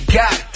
got